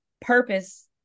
purpose